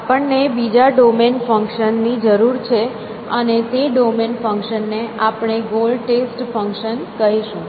આપણને બીજા domain function ની જરૂર છે અને તે ડોમેન ફંક્શન ને આપણે ગોલ ટેસ્ટ ફંક્શન કહીશું